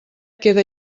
queda